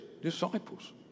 disciples